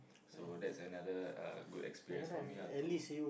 so that's another uh good experience for me ah to